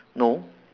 no